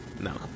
no